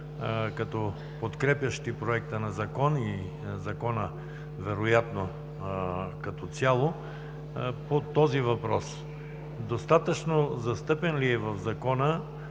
като подкрепящи Проекта на закон и Закона, вероятно, като цяло по този въпрос? Достатъчно застъпен ли е в Закона